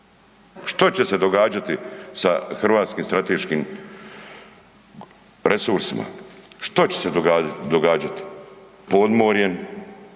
Što će se događati sa hrvatskim strateškim resursima? Što će se događati, podmorjem,